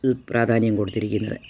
പ്രാധാന്യം കൊടുത്തിരിക്കുന്നത്